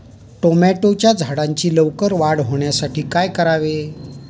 टोमॅटोच्या झाडांची लवकर वाढ होण्यासाठी काय करावे?